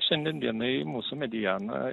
šiandien dienai mūsų mediena